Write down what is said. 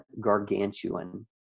gargantuan